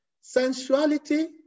sensuality